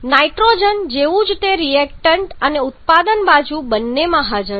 nitrogen જેવું જ તે રિએક્ટન્ટ અને ઉત્પાદન બાજુ બંનેમાં હાજર છે